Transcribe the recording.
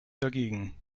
dagegen